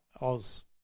Oz